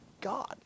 God